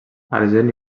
argent